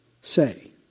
say